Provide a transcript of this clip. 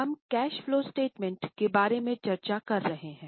हम cash flow statement के बारे में चर्चा कर रहे हैं